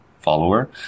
follower